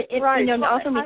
Right